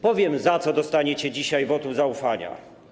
Powiem, za co dostaniecie dzisiaj wotum zaufania.